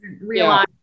realize